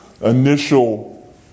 initial